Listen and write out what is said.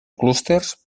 clústers